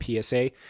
PSA